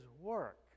work